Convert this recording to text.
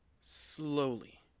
Slowly